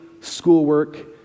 schoolwork